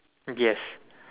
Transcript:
yes